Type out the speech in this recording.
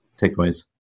Takeaways